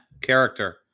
character